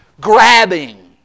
grabbing